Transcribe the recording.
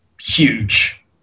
Huge